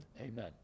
amen